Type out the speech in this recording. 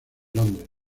londres